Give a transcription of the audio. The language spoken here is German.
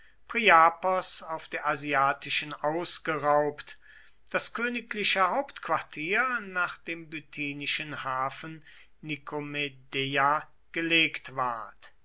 priapos auf der asiatischen ausgeraubt das königliche hauptquartier nach dem bithynischen hafen nikomedeia gelegt ward